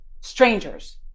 strangers